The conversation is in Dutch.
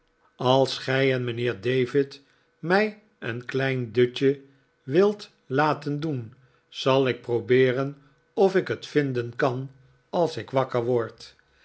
als gij en mijnheer david mij een klein dutje wilt laten doen zal ik probeeren of ik het vinden kan als ik wakker word